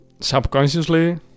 subconsciously